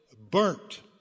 burnt